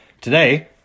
Today